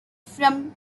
from